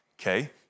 okay